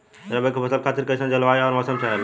रबी क फसल खातिर कइसन जलवाय अउर मौसम चाहेला?